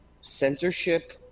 censorship